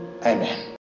Amen